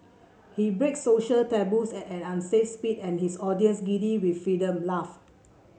he breaks social taboos at an unsafe speed and his audience giddy with freedom laugh